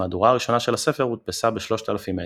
המהדורה הראשונה של הספר הודפסה ב-3,000 העתקים.